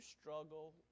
struggle